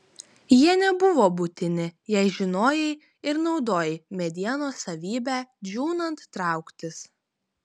jie nebuvo būtini jei žinojai ir naudojai medienos savybę džiūnant trauktis